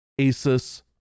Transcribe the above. Asus